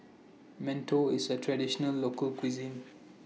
mantou IS A Traditional Local Cuisine